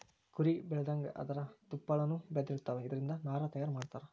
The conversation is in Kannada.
ಕುರಿ ಬೆಳದಂಗ ಅದರ ತುಪ್ಪಳಾನು ಬೆಳದಿರತಾವ, ಇದರಿಂದ ನಾರ ತಯಾರ ಮಾಡತಾರ